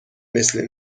مثل